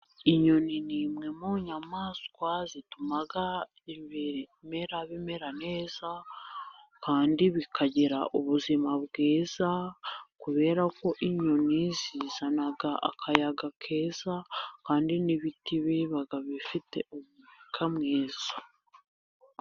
Inyoni ni imwe mu nyamaswa zituma ibimera bimera neza, kandi bikagira ubuzima bwiza, kubera ko inyoni zizana akayaga keza, kandi n'ibiti biba bifite umwuka mwiza.